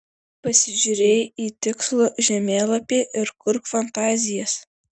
pasižiūrėjai į tikslų žemėlapį ir kurk fantazijas